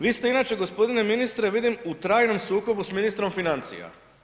Vi ste inače gospodine ministre vidim u trajnom sukobu s ministrom financija.